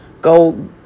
go